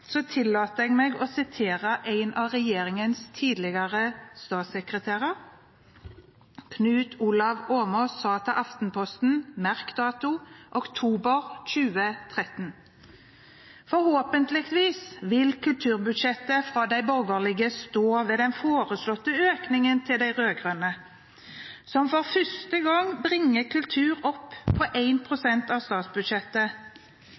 tillater jeg meg å sitere en av regjeringens tidligere statssekretærer. Knut Olav Åmås sa til Aftenposten – merk datoen – i oktober 2013: «Forhåpentlig vil budsjettet fra de borgerlige om noen uker ikke reversere den foreslåtte økningen til de rødgrønne, som for første gang bringer kultur opp på 1 prosent av statsbudsjettet.